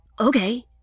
Okay